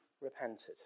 repented